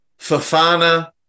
Fafana